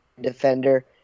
defender